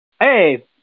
Hey